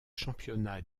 championnats